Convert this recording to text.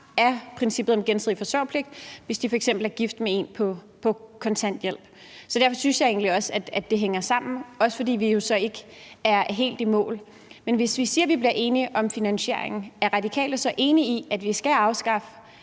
af princippet om gensidig forsørgerpligt, hvis de f.eks. er gift med en på kontanthjælp, så derfor synes jeg egentlig også, at det hænger sammen, også fordi vi jo så ikke er helt i mål. Men hvis vi siger, at vi bliver enige om finansieringen, er Radikale så enige i, at vi skal afskaffe